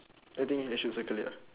I think you should circle it ah